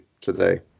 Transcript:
today